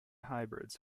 hybrids